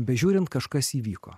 bežiūrint kažkas įvyko